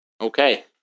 Okay